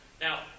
Now